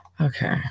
okay